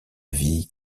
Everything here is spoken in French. vie